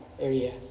area